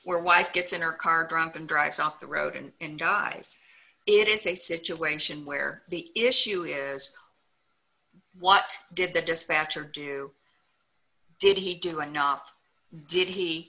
where wife gets in her car drunk and drives off the road and in guys it is a situation where the issue is what did the dispatcher do did he do and not did he